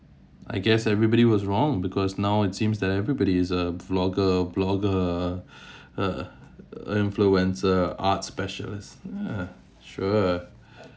I guess everybody was wrong because now it seems that everybody is a vlogger blogger uh influencer art specialist ya sure